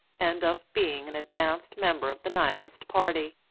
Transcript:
and of being an advanced member of the nihilist party.